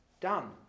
done